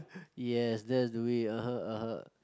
yes that's the way (uh huh) (uh huh)